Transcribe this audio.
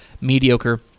mediocre